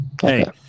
Hey